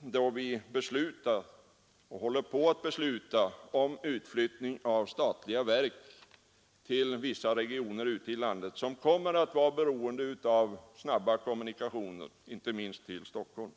då vi beslutat och håller på att besluta om utflyttning av statliga verk till vissa regioner i landet, som kommer att vara beroende av snabba kommunikationer inte minst till Stockholm.